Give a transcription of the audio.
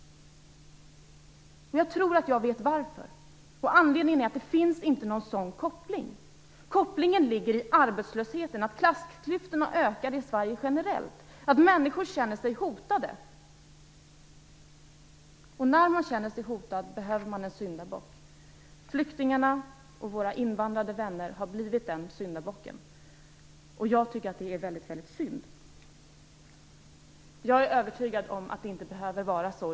Jag tror att jag vet varför. Anledningen är att det inte finns någon koppling där. Kopplingen ligger i arbetslösheten. Klassklyftorna ökar generellt i Sverige. Människor känner sig hotade. När man känner sig hotad behöver man en syndabock. Flyktingarna och våra invandrade vänner har blivit den syndabocken. Jag tycker att det är väldigt synd och är övertygad om att det inte behöver vara så.